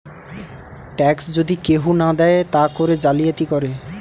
tax যদি কেহু না দেয় তা করে জালিয়াতি করে